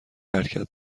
حرکت